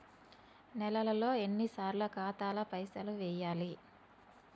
నెలలో ఎన్నిసార్లు ఖాతాల పైసలు వెయ్యాలి?